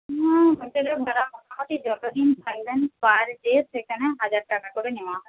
না না সেটা আপনারা মোটামুটি যত দিন থাকবেন পার ডে সেখানে হাজার টাকা করে নেওয়া হয়